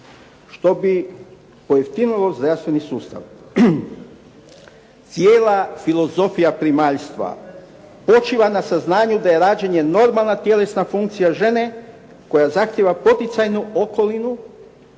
što bi pojeftinilo zdravstveni sustav. Cijela filozofija primaljstva počiva na saznanju da je rađanje normalna tjelesna funkcija žene koja zahtjeva poticajnu okolinu